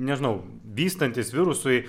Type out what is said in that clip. nežinau vystantis virusui